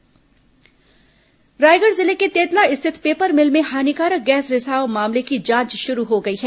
Raigarh gas रिसाव रायगढ़ जिले के तेतला स्थित पेपर मिल में हानिकारक गैस रिसाव मामले की जांच शुरू हो गई है